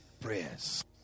prayers